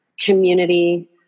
community